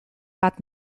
bat